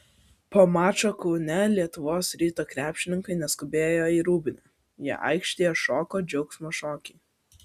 po mačo kaune lietuvos ryto krepšininkai neskubėjo į rūbinę jie aikštėje šoko džiaugsmo šokį